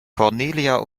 cornelia